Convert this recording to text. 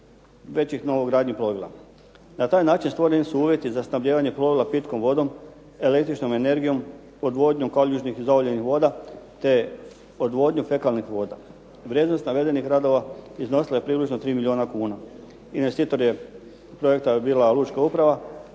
većih novogradnji plovila. Na taj način stvoreni su uvjeti za snabdijevanje plovila pitkom vodom, električnom energijom, odvodnjom kaljužnih i .../Govornik se ne razumije./... voda te odvodnjom fekalnih voda. Vrijednost navedenih radova iznosila je približno 3 milijuna kuna. Investitor projekta je bila lučka uprava